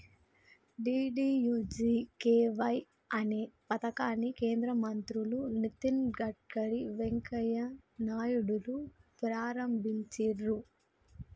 DDUGKY అనే పథకాన్ని కేంద్ర మంత్రులు నితిన్ గడ్కరీ, వెంకయ్య నాయుడులు ప్రారంభించిర్రు